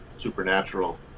supernatural